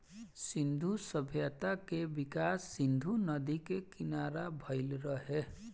सिंधु सभ्यता के विकास सिंधु नदी के किनारा भईल रहे